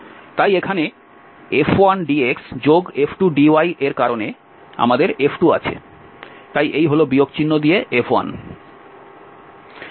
তাই এখানে F1dxF2dy এর কারণে আমাদের F2আছে তাই এই হল বিয়োগ চিহ্ন দিয়ে F1